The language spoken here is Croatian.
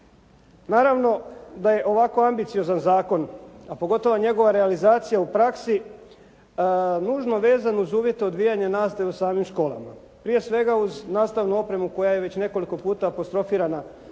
Naravno, da je ovako ambiciozan zakon, a pogotovo njegova realizacija u praksi, nužno vezan uz uvjete odvijanja nastave u samim školama. Prije svega uz nastavnu opremu koja je već nekoliko puta apostrofirana u